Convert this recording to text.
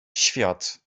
świat